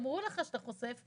אמרו לך שאתה חושב,